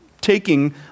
taking